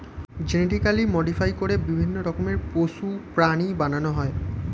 genetically modify করে বিভিন্ন রকমের পশু, প্রাণী বানানো হয়